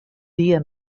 dia